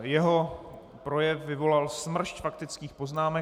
Jeho projev vyvolal smršť faktických poznámek.